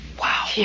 Wow